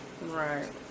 Right